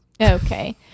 Okay